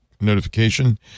notification